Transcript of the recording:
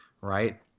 Right